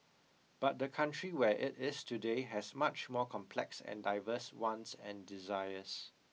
but the country where it is today has much more complex and diverse wants and desires